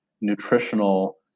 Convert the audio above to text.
nutritional